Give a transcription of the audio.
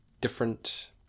different